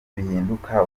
bihinduka